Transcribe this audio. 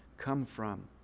come from?